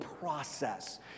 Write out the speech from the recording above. process